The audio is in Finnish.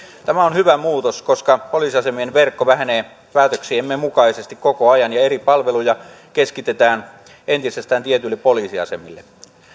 tämä on hyvä muutos koska poliisiasemien verkko vähenee päätöksiemme mukaisesti koko ajan ja eri palveluja keskitetään entisestään tietyille poliisiasemille